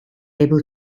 able